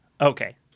Okay